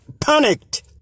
panicked